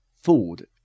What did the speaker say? food